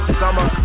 Summer